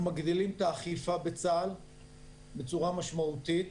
אנחנו מגדילים את האכיפה בצה"ל בצורה משמעותית,